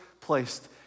placed